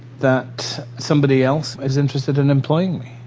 that somebody else is interested in employing me.